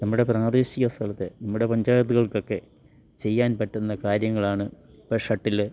നമ്മുടെ പ്രാദേശിക സ്ഥലത്ത് നമ്മുടെ പഞ്ചായത്തുകൾക്കൊക്കെ ചെയ്യാൻ പറ്റുന്ന കാര്യങ്ങളാണ് ഇപ്പം ഷട്ടിൽ